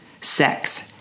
Sex